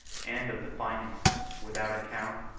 and of the finances, without account,